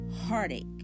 heartache